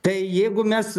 tai jeigu mes